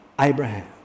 Abraham